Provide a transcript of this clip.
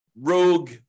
rogue